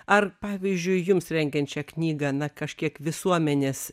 ar pavyzdžiui jums rengiant šią knygą na kažkiek visuomenės